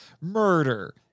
murder